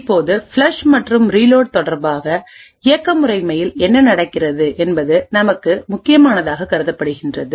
இப்போது ஃப்ளஷ் மற்றும் ரீலோட் தொடர்பாக இயக்க முறைமையில் என்ன நடக்கிறது என்பது நமக்கு முக்கியமானதாக கருதப்படுகின்றது